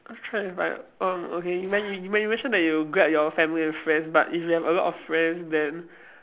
ah try to fight out um okay you men~ you men~ mention you grab your family and friends but if you have a lot of friends then